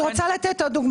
אני רוצה לתת עוד דוגמה.